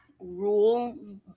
rule